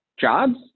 jobs